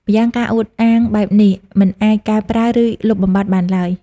ម្យ៉ាងការអួតអាងបែបនេះ មិនអាចកែប្រែ ឬលុបបំបាត់បានឡើយ។